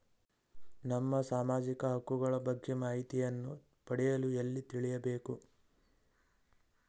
ನಮ್ಮ ಸಾಮಾಜಿಕ ಹಕ್ಕುಗಳ ಬಗ್ಗೆ ಮಾಹಿತಿಯನ್ನು ಪಡೆಯಲು ಎಲ್ಲಿ ತಿಳಿಯಬೇಕು?